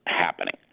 happening